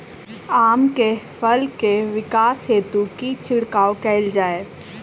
आम केँ फल केँ विकास हेतु की छिड़काव कैल जाए?